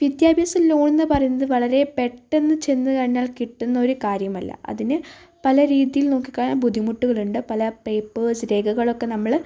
വിദ്യാഭ്യാസലോണെന്ന് പറയുന്നത് വളരെ പെട്ടെന്ന് ചെന്ന് കഴിഞ്ഞാൽ കിട്ടുന്നൊരു കാര്യമല്ല അതിന് പല രീതിയിൽ നോക്കിക്കഴിഞ്ഞാൽ ബുദ്ധിമുട്ടുകളുണ്ട് പല പേപ്പേഴ്സ് രേഖകളൊക്കെ നമ്മൾ